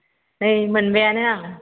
नै मोनबायानो आं